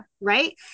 Right